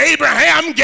Abraham